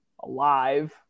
alive